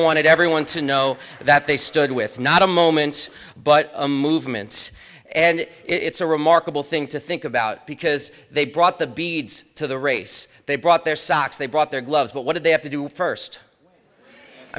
wanted everyone to know that they stood with not a moment but a movement and it's a remarkable thing to think about because they brought the beads to the race they brought their socks they brought their gloves but what did they have to do first i